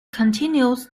continues